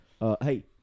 Hey